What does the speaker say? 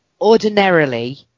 ordinarily